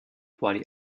quali